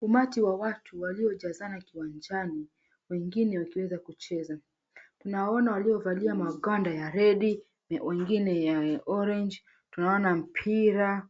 Umati wa watu waliojazana kiwanjani, wengine wakiweza kucheza. Tunawaona waliovalia maganda ya redi na wengine ya orange . Tunaona mpira,